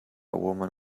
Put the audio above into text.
woman